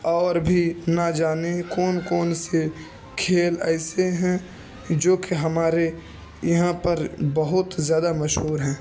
اور بھی نہ جانے کون کون سے کھیل ایسے ہیں جو کہ ہمارے یہاں پر بہت زیادہ مشہور ہیں